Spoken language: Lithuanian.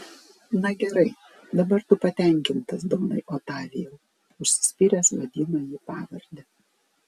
na gerai dabar tu patenkintas donai otavijau užsispyręs vadino jį pavarde